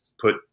put